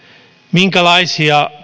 minkälaisia